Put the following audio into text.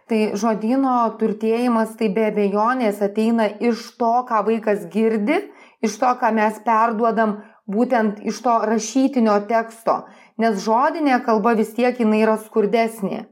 tai žodyno turtėjimas tai be abejonės ateina iš to ką vaikas girdi iš to ką mes perduodam būtent iš to rašytinio teksto nes žodinė kalba vis tiek jinai yra skurdesnė